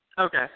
Okay